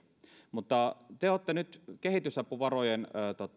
mutta te olette nyt kehitysapuvarojen